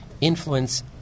influence